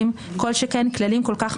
והיא גם צריכה להיות